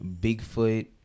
Bigfoot